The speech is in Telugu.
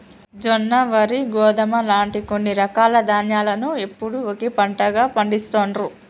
జొన్న, వరి, గోధుమ లాంటి కొన్ని రకాల ధాన్యాలను ఎప్పుడూ ఒకే పంటగా పండిస్తాండ్రు